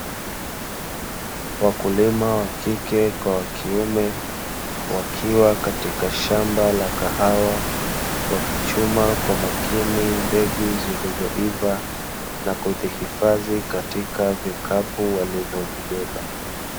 Wakulima wa kike kwa wa kiume wakiwa katika shamba la kahawa, wakichuma kwa makini mbegu zilizoiva na kuzihifadhi katika vikapu walivyovibeba.